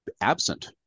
absent